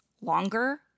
longer